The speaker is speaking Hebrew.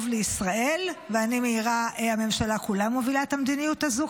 טוב לישראל" ואני מעירה: הממשלה כולה מובילה את המדיניות הזו,